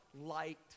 light